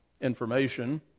information